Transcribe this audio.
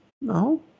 No